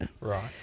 Right